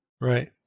Right